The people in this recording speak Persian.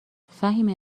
فهیمه